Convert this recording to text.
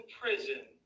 prison